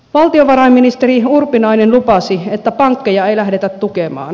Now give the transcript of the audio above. valtiovarainministeri urpilainen lupasi että pankkeja ei lähdetä tukemaan